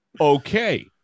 Okay